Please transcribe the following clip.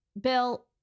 bill